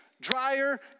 drier